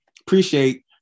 Appreciate